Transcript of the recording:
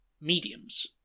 mediums